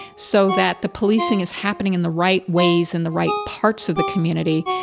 so that the policing is happening in the right ways and the right parts of the community,